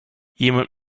jemand